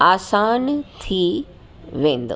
आसान थी वेंदो